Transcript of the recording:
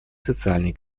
социальный